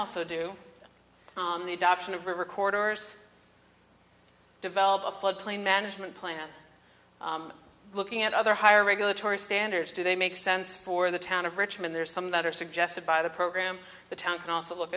also do on the adoption of recorders develop a floodplain management plan looking at other higher regulatory standards do they make sense for the town of richmond there's some that are suggested by the program the town can also look